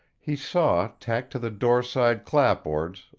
he saw, tacked to the doorside clapboards,